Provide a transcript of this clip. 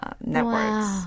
Networks